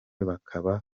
bakaba